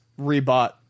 rebought